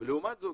לעומת זאת,